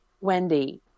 Wendy